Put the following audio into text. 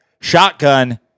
shotgun